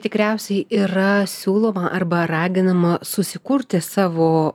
tikriausiai yra siūloma arba raginama susikurti savo